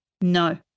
No